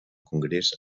congrés